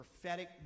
prophetic